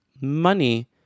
money